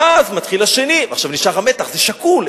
ואז מתחיל השני ועכשיו נשאר המתח, זה שקול.